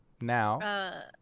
Now